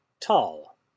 tall